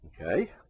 Okay